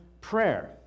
prayer